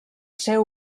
ser